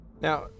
Now